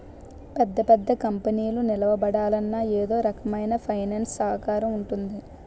పెద్ద పెద్ద కంపెనీలు నిలబడాలన్నా ఎదో ఒకరకమైన ఫైనాన్స్ సహకారం ఉంటుంది